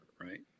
right